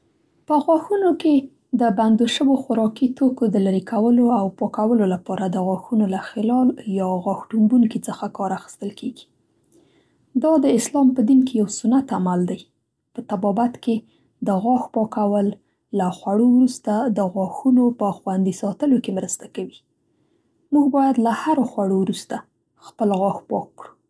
په غاښونو کې د بندو شویو خوراکي توکو د لرې کولو او پاکولو لپاره له د غاښو له خلال یا غاښ ټومبوني څخه کار اخستل کېږي. دا د اسلام په دین کې یو سنت عمل دی. په طبابت کې د غاښ پاکول له خوړو وروسته د غاښونو په خوندي ساتلو کې مرسته کوي. موږ باید له هرو خوړو وروسته خپل غاښ پاک کړو.